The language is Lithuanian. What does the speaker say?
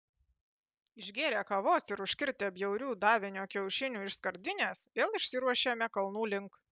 išgėrę kavos ir užkirtę bjaurių davinio kiaušinių iš skardinės vėl išsiruošėme kalnų link